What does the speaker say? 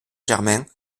germain